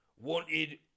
wanted